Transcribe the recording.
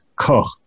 Koch